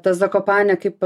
ta zakopanė kaip